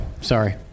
Sorry